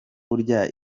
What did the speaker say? burya